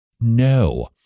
No